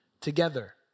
together